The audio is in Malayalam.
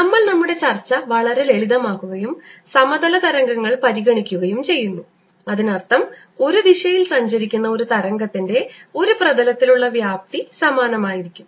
നമ്മൾ നമ്മുടെ ചർച്ച വളരെ ലളിതമാക്കുകയും സമതല തരംഗങ്ങൾ പരിഗണിക്കുകയും ചെയ്യുന്നു അതിനർത്ഥം ഒരു ദിശയിൽ സഞ്ചരിക്കുന്ന ഒരു തരംഗത്തിൻറെ ഒരു പ്രതലത്തിലുള്ള വ്യാപ്തി സമാനമായിരിക്കും